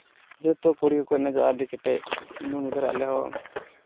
ᱡᱚᱛᱚ ᱠᱩᱲᱤ ᱠᱚᱠᱚ ᱮᱱᱮᱡᱚᱜᱼᱟ ᱟᱹᱰᱤ ᱠᱮᱴᱮᱡ ᱤᱱᱟᱹ ᱢᱚᱫᱽᱫᱷᱮ ᱨᱮ ᱟᱞᱮ ᱦᱚᱸ